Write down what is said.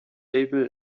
able